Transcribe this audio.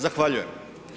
Zahvaljujem.